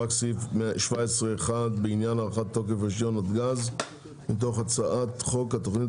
רק סעיף 17(1) (בעניין הארכת תוקף רישיון נתג"ז) מתוך הצעת חוק התכנית